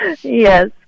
Yes